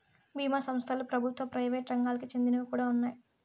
బీమా సంస్థలలో ప్రభుత్వ, ప్రైవేట్ రంగాలకి చెందినవి కూడా ఉన్నాయి